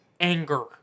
anger